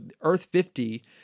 Earth-50